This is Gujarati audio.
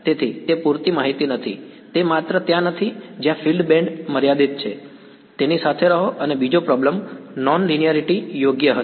તેથી તે પૂરતી માહિતી નથી તે માત્ર ત્યાં નથી જ્યાં ફિલ્ડ બેન્ડ મર્યાદિત છે તેની સાથે રહો અને બીજો પ્રોબ્લેમ નોન લિનિયારીટી યોગ્ય હતી